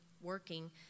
working